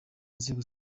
nzego